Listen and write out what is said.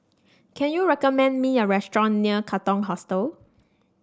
can you recommend me a restaurant near Katong Hostel